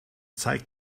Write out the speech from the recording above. zeigt